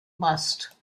mast